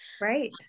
Right